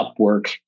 Upwork